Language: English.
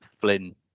Flynn